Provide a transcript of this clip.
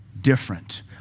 different